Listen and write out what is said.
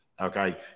Okay